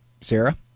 Sarah